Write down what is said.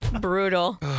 Brutal